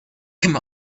came